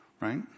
Right